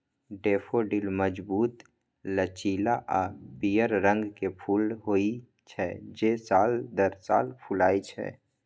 daffodil मजबूत, लचीला आ पीयर रंग के फूल होइ छै, जे साल दर साल फुलाय छै